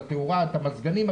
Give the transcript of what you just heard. את התאורה ואת המזגנים.